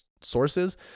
sources